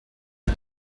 wie